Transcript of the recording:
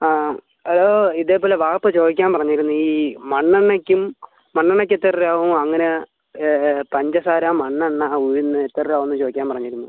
ആ അത് ഇതെപോലെ വാപ്പ ചോദിക്കാൻ പറഞ്ഞിരുന്ന് ഈ മണ്ണെണ്ണയ്ക്കും മണ്ണെണ്ണയ്ക്ക് എത്ര രൂപയാവും അങ്ങനെ പഞ്ചസാര മണ്ണെണ്ണ ഉഴുന്ന് എത്ര രൂപ ആവുവന്ന് ചോദിക്കാൻ പറഞ്ഞിരുന്നു